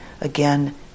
again